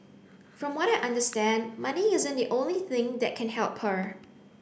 from what I understand money isn't the only thing that can help her